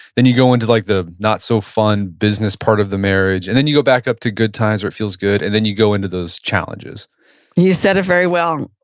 then you go into like the not so fun business part of the marriage. and then you go back up to good times where it feels good. and then you go into those challenges you said it very well,